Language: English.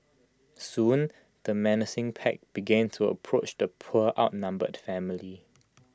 soon the menacing pack began to approach the poor outnumbered family